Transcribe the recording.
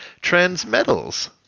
Transmetals